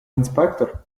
інспектор